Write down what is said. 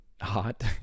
hot